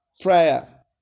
Prayer